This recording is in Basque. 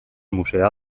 museoa